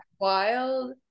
wild